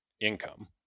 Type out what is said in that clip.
income